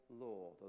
law